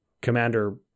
Commander